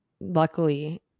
luckily